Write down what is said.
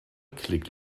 klick